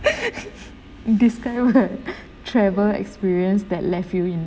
this kind of travel experience that left you in